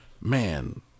Man